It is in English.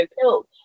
killed